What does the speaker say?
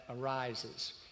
arises